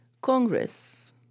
Congress